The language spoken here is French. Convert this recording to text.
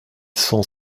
cent